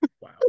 Wow